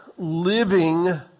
living